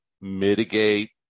mitigate